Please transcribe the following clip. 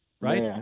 right